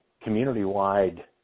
community-wide